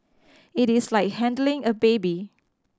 it is like handling a baby